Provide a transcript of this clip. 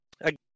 Again